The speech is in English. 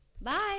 bye